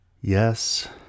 yes